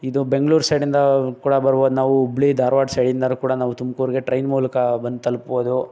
ಇದು ಬೆಂಗ್ಳೂರು ಸೈಡಿಂದ ಕೂಡ ಬರ್ಬೋದು ನಾವು ಹುಬ್ಳಿ ಧಾರವಾಡ ಸೈಡಿಂದಾನೂ ಕೂಡ ನಾವು ತುಮ್ಕೂರಿಗೆ ಟ್ರೈನ್ ಮೂಲಕ ಬಂದು ತಲ್ಪ್ಬೋದು